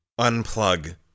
unplug